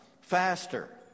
faster